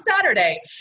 Saturday